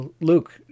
Luke